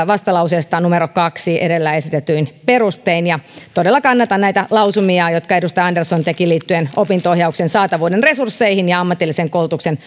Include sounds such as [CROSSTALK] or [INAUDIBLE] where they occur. vastalauseesta numero kahdella edellä esitetyin perustein ja todella kannatan näitä lausumia jotka edustaja andersson teki liittyen opinto ohjauksen saatavuuden resursseihin ja ammatillisen koulutuksen [UNINTELLIGIBLE]